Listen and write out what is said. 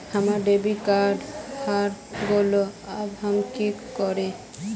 हमर debit card हरा गेले अब हम की करिये?